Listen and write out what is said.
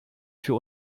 für